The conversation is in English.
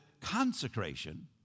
consecration